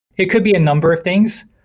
it could be a number of things.